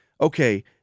okay